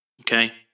Okay